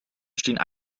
stehen